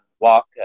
walk